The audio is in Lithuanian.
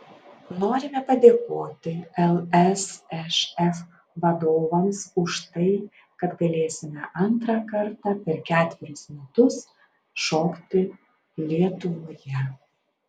norime padėkoti lsšf vadovams už tai kad galėsime antrą kartą per ketverius metus šokti lietuvoje